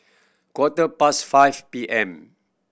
quarter past five P M